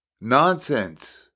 nonsense